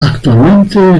actualmente